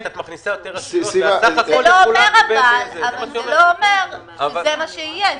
--- אבל זה לא אומר שזה מה שיהיה.